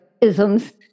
isms